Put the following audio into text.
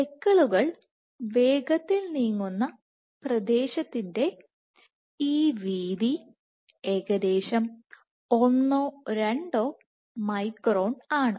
സ്പെക്കിളുകൾ വേഗത്തിൽ നീങ്ങുന്ന പ്രദേശത്തിന്റെ ഈ വീതി ഏകദേശം ഒന്നോ രണ്ടോ മൈക്രോൺ ആണ്